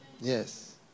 yes